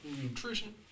nutrition